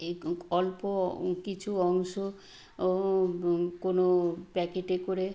এক অল্প কিছু অংশ কোনো প্যাকেটে করে